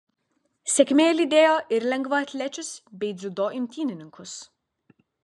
sėkmė lydėjo ir lengvaatlečius bei dziudo imtynininkus